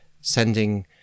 sending